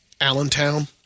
Allentown